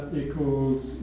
equals